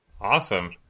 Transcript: awesome